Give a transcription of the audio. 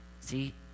see